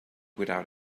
without